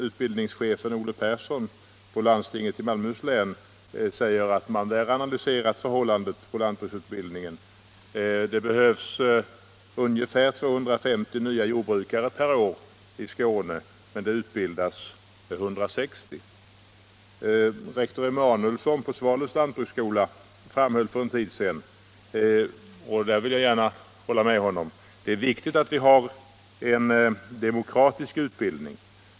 Utbildningschefen Ole Persson på landstinget i Malmöhus län säger att man där har analyserat förhållandet inom lantbruksutbildningen. Det behövs ungefär 250 nya jordbrukare per år i Skåne, men det utbildas bara 160. Rektor Emmanuelsson på Svalövs lantbruksskola framhöll för en tid sedan — och jag vill gärna hålla med honom -— att det är viktigt att vi har en demokratisk utbildning.